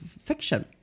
fiction